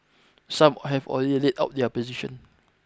some have already laid out their position